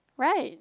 right